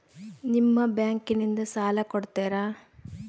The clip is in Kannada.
ನಿಮ್ಮ ಬ್ಯಾಂಕಿನಿಂದ ಸಾಲ ಕೊಡ್ತೇರಾ?